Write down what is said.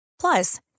plus